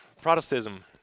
Protestantism